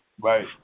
right